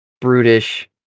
brutish